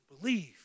Believe